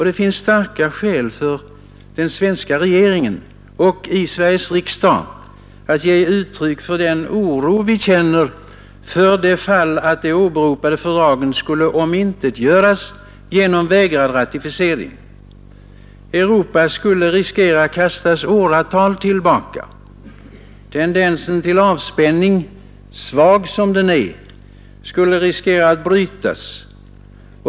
Det finns starka skäl att från svenska regeringen och i vår riksdag ge uttryck för den oro vi känner för det fall de åberopade fördragen skulle omintetgöras genom vägrad ratificering. Europa skulle kastas åratal tillbaka. Tendensen till avspänning, svag som den är, skulle riskera att brytas.